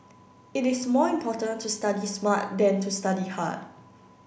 it is more important to study smart than to study hard